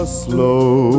slow